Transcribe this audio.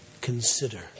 consider